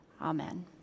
Amen